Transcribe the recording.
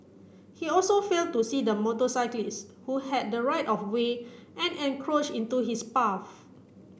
he also failed to see the motorcyclist who had the right of way and encroached into his path